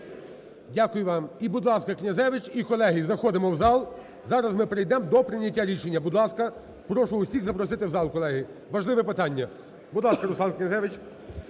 Дякую вам. І, будь ласка, Князевич. І, колеги, заходимо в зал, зараз ми перейдемо до прийняття рішення. Будь ласка, прошу усіх запросити в зал, колеги, важливе питання. Будь ласка, Руслан Князевич.